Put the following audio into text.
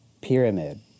pyramid